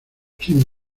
sin